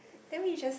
then we just